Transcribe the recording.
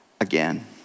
again